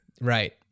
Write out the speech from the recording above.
Right